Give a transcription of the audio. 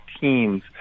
Teams